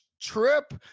trip